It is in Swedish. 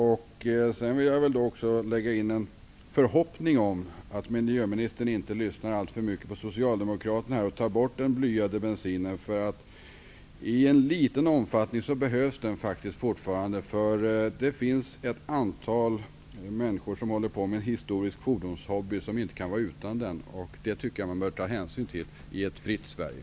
Jag vill också lägga fram en förhoppning om att miljöministern inte lyssnar alltför mycket på socialdemokraterna och bortser från frågan om den blyade bensinen. I liten omfattning behövs den faktiskt fortfarande. Det finns ett antal människor som håller på med en historisk fordonshobby och som inte kan vara utan blyad bensin. Det tycker jag man bör ta hänsyn till i ett fritt Sverige.